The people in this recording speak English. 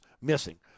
missing